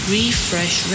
Refresh